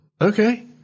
Okay